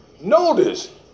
notice